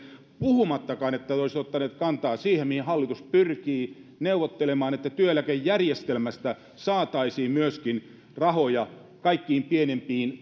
puhumattakaan että olisitte ottaneet kantaa siihen mihin hallitus pyrkii neuvottelemaan että työeläkejärjestelmästä saataisiin myöskin rahoja kaikkein pienimpiin